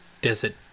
desert